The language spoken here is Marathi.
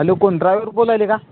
हॅलो कोण ड्रायवर बोलायले का